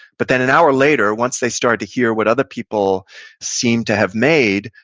but then an hour later once they start to hear what other people seem to have made,